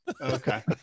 Okay